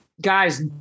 Guys